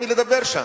עם מי לדבר שם.